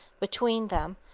between them,